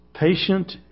Patient